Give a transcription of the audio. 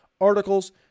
articles